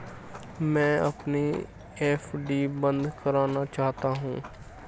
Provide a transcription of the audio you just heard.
मैं अपनी एफ.डी बंद करना चाहती हूँ